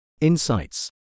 insights